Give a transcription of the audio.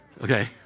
Okay